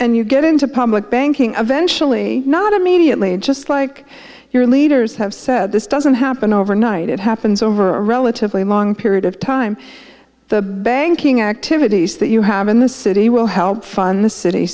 and you get into public banking eventual ie not immediately just like your leaders have said this doesn't happen overnight it happens over a relatively long period of time the banking activities that you have in the city will help fund the city